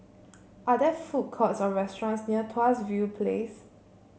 are there food courts or restaurants near Tuas View Place